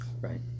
Right